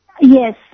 Yes